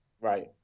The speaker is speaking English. right